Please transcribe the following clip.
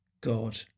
God